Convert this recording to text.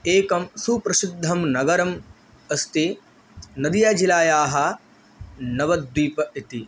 एकं सुप्रसिद्धं नगरम् अस्ति नदियाजिलायाः नवद्वीप इति